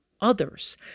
others